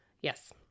Yes